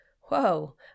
Whoa